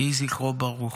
יהי זכרו ברוך.